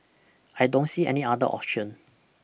I don't see any other option